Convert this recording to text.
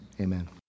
amen